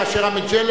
כאשר המג'לה,